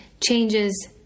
changes